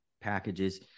packages